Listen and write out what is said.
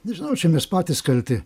nežinau čia mes patys kalti